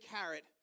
carrot